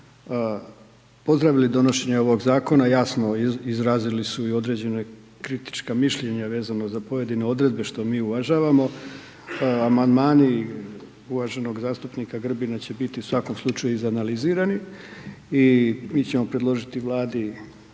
pozdravili donošenje ovog Zakona. Jasno, izrazili su i određena kritička mišljenja vezano za pojedine odredbe, što mi uvažavamo. Amandmani uvaženog zastupnika Grbina će biti u svakom slučaju izanalizirani i mi ćemo predložiti Vladi